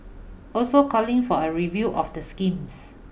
also calling for a review of the schemes